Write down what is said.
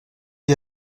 des